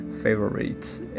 favorites